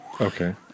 Okay